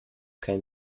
kein